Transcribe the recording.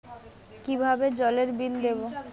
কিভাবে জলের বিল দেবো?